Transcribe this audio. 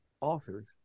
authors